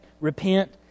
repent